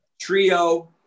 trio